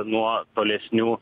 nuo tolesnių